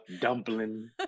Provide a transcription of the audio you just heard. dumpling